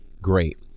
great